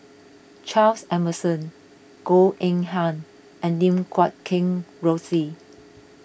Charles Emmerson Goh Eng Han and Lim Guat Kheng Rosie